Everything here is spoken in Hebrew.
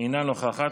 אינה נוכחת.